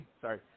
sorry